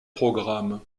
programme